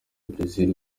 brezil